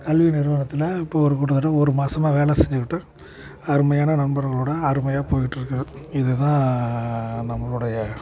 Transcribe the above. கல்வி நிறுவனத்தில் இப்போ ஒரு கிட்டத்தட்ட ஒரு மாதமா வேலை செஞ்சுக்கிட்டு அருமையான நண்பர்களோடு அருமையாக போய்கிட்டுருக்கு இதுதான் நம்மளுடைய